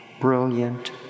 brilliant